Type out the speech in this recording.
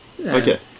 Okay